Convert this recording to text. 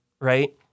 right